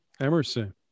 Emerson